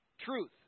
truth